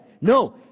No